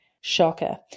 shocker